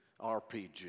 RPG